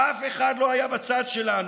"אף אחד לא היה בצד שלנו.